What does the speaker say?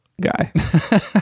guy